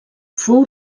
fou